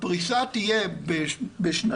הפריסה תהיה בשנתיים.